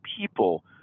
people